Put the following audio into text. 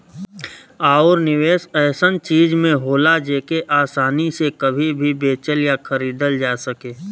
आउर निवेस ऐसन चीज में होला जेके आसानी से कभी भी बेचल या खरीदल जा सके